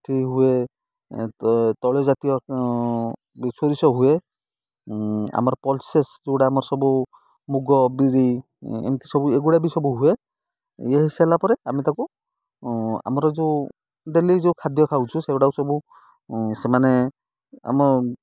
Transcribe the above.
ଏଇଠି ହୁଏ ତୈଳଜାତୀୟ ସୋରିଷ ହୁଏ ଆମର ପଲସେସ୍ ଯେଉଁଟା ଆମର ସବୁ ମୁଗ ବିରି ଏମିତି ସବୁ ଏଗୁଡ଼ା ବି ସବୁ ହୁଏ ଇଏ ହେଇସାରିଲା ପରେ ଆମେ ତାକୁ ଆମର ଯେଉଁ ଡେଲି ଯେଉଁ ଖାଦ୍ୟ ଖାଉଛୁ ସେଗୁଡ଼ାକୁ ସବୁ ସେମାନେ ଆମ